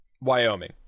Wyoming